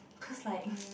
cause like